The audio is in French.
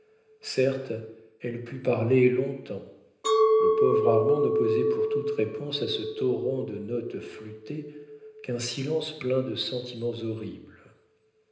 certes elle put parler long-temps le pauvre armand n'opposait pour toute réponse à ce torrent de notes flûtées qu'un silence plein de sentiments horribles